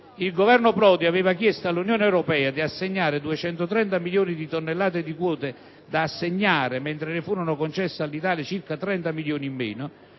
Il Governo Prodi aveva chiesto all'Unione europea di assegnare 230 milioni di tonnellate di quote, mentre ne furono concesse all'Italia circa 30 milioni in meno,